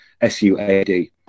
suad